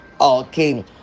okay